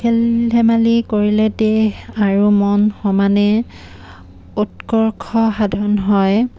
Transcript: খেল ধেমালি কৰিলে দেহ আৰু মন সমানে উৎকৰ্ষ সাধন হয়